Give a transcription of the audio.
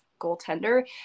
goaltender